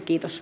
kiitos